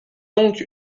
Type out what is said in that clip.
donc